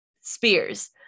Spears